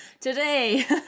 today